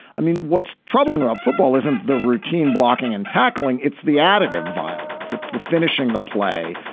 i mean what's troubling about football isn't the routine blocking and tackling. it's the additive violence it's the finishing the play.